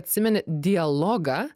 atsimeni dialogą